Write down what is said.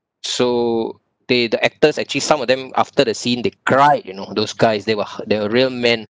so they the actors actually some of them after the scene they cried you know those guys they were hu~ they were real men